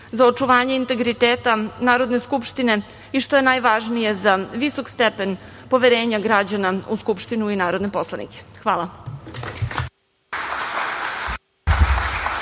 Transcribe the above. za očuvanje integriteta Narodne skupštine i, što je najvažnije, za visok stepen poverenja građana u Skupštinu i narodne poslanike. Hvala.